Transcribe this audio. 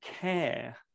care